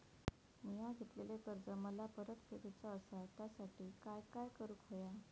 मिया घेतलेले कर्ज मला परत फेडूचा असा त्यासाठी काय काय करून होया?